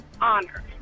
honor